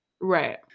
right